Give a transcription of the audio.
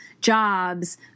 jobs